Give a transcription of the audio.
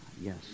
Yes